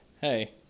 hey